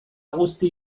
guzti